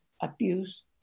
abuse